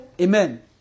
Amen